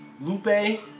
Lupe